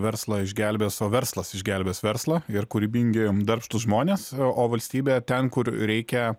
verslą išgelbės o verslas išgelbės verslą ir kūrybingi darbštūs žmonės o valstybė ten kur reikia